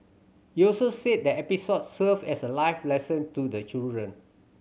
he also said the episode served as a life lesson to the children